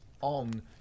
on